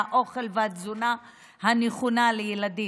האוכל ותזונה נכונה לילדים.